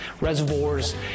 reservoirs